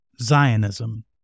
Zionism